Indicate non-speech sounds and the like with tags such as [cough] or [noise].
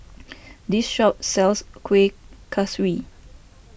[noise] this shop sells Kuih Kaswi